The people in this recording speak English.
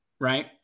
Right